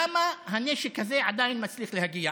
למה הנשק הזה עדיין מצליח להגיע?